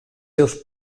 seus